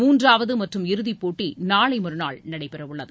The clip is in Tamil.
மூன்றாவது மற்றும் இறுதிப் போட்டி நாளை மறுநாள் நடைபெறவுள்ளது